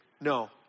No